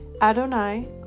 Adonai